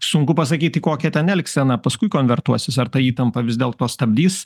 sunku pasakyti kokia ten elgsena paskui konvertuosis ar ta įtampa vis dėlto stabdys